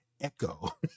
echo